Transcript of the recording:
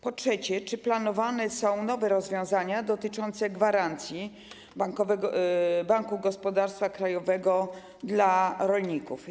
Po trzecie, czy planowane są nowe rozwiązania dotyczące gwarancji Banku Gospodarstwa Krajowego dla rolników?